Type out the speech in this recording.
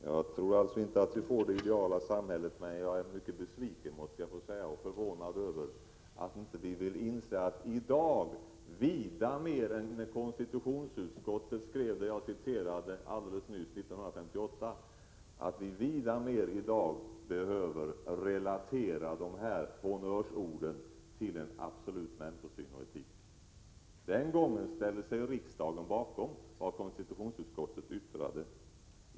Jag tror alltså inte att vi får det ideala samhället. Jag är emellertid mycket besviken och förvånad över att vi inte vill inse att vi — som konstitutionsutskottet skrev 1958 och som jag alldeles nyss citerade — vida mer än i dag behöver relatera dessa honnörsord till en absolut människosyn och etik. Den gången ställde sig riksdagen bakom det som konstitutionsutskottet yttrade.